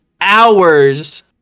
hours